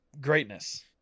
greatness